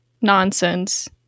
nonsense